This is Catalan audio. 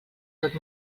tot